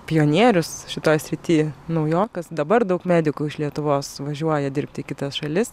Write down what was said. pionierius šitoj srity naujokas dabar daug medikų iš lietuvos važiuoja dirbti į kitas šalis